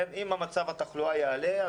אם מצב התחלואה יעלה,